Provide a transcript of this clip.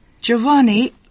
Giovanni